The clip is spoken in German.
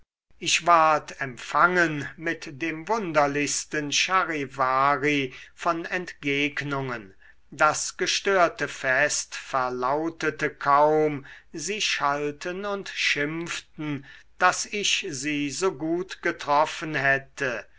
ich ward empfangen mit dem wunderlichsten charivari von entgegnungen das gestörte fest verlautete kaum sie schalten und schimpften daß ich sie so gut getroffen hätte